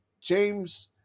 James